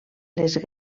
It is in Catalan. les